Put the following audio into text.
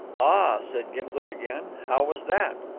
ah, said gimblet again. how was that?